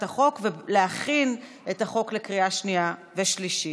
החוק ולהכין את החוק לקריאה שנייה ושלישית.